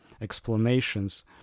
explanations